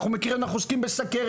אנחנו עוסקים בסכרת,